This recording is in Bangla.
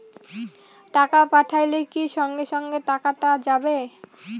টাকা পাঠাইলে কি সঙ্গে সঙ্গে টাকাটা যাবে?